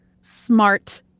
smart